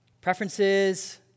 Preferences